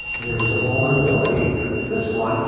there is a vulnerability here to this one,